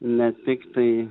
ne tiktai